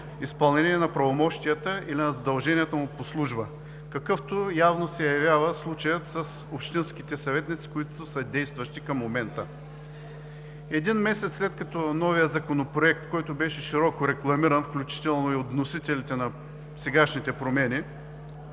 изпълнение на правомощията и на задълженията му по служба, какъвто явно се явява случаят с общинските съветници, които са действащи към момента. Един месец след като новият законопроект, който беше широко рекламиран, включително и от вносителите на сегашните промени,